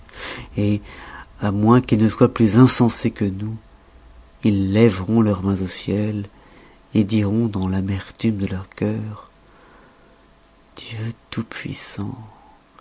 à moins qu'ils ne soient plus insensés que nous ils lèveront leurs mains au ciel diront dans l'amertume de leur cœur dieu